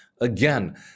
again